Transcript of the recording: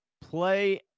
play